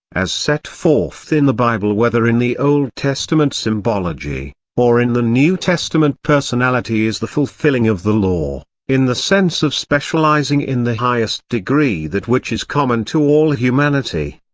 as set forth in the bible whether in the old testament symbology, or in the new testament personality is the fulfilling of the law, in the sense of specialising in the highest degree that which is common to all humanity.